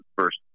first